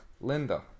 Linda